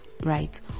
right